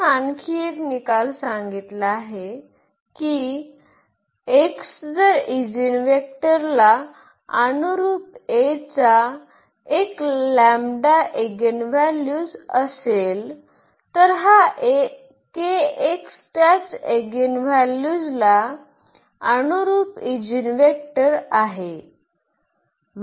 तर आपण आणखी एक निकाल सांगितला आहे की x जर ईजीनवेक्टर ला अनुरूप A चा एक एगिनव्हॅल्यूज असेल तर हा त्याच एगिनव्हॅल्यूला अनुरुप ईजीनवेक्टर आहे